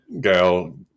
Gail